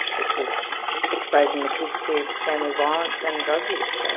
which was exposing the kids to family violence and drug use.